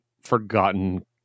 forgotten